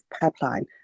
pipeline